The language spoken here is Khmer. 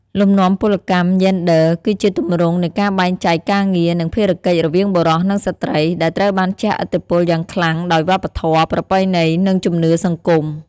លំនាំពលកម្មយេនឌ័រ គឺជាទម្រង់នៃការបែងចែកការងារ និងភារកិច្ចរវាងបុរស និងស្ត្រី ដែលត្រូវបានជះឥទ្ធិពលយ៉ាងខ្លាំងដោយវប្បធម៌ ប្រពៃណី និងជំនឿសង្គម។